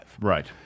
right